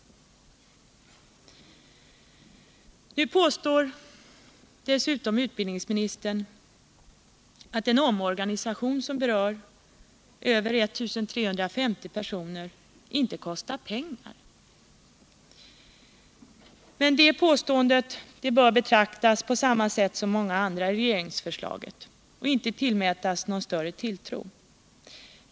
Nu påstår visserligen utbildningsministern att en omorganisation som berör över 1 350 personer inte kostar pengar. Men det påståendet bör betraktas på samma sätt som många andra i regeringsförslaget och inte tillmätas någon större tilltro.